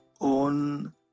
own